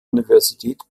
universität